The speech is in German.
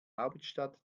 hauptstadt